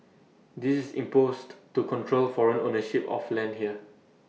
this is imposed to control foreign ownership of land here